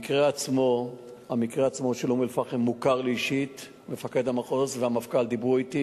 היתה הזנחה במשרד הבריאות, לא טיפלו,